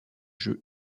jeu